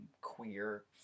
queer